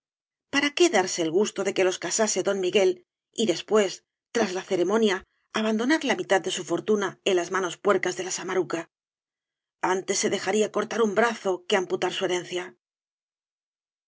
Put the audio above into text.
para qué darse el gusto de que los casase don miguel y después tras la ceremonia abandonar la mitad cañas y barro de su fortuna en las manos puercas de la samaruca antes se dejaría cortar un brazo que amputar bu herencia